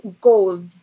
gold